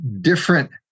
different